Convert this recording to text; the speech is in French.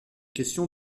question